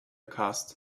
cast